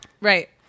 right